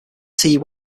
tee